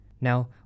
Now